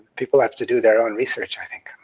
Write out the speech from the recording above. people have to do their own research, i think.